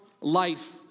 life